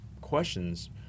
questions